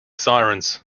sirens